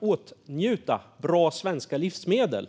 åtnjuta bra svenska livsmedel.